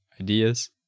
ideas